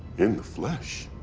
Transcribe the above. in the flesh.